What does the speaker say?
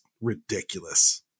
ridiculous